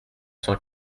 cent